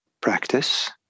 practice